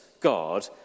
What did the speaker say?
God